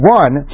one